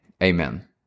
Amen